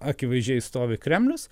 akivaizdžiai stovi kremlius